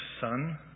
son